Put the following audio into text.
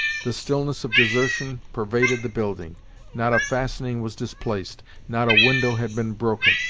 the stillness of desertion pervaded the building not a fastening was displaced, not a window had been broken.